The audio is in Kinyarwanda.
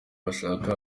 bashaka